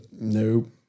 Nope